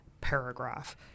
paragraph